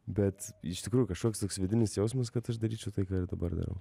bet iš tikrųjų kažkoks toks vidinis jausmas kad aš daryčiau tai ką ir dabar darau